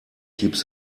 keeps